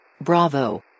Bravo